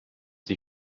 die